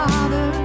Father